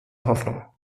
hoffnung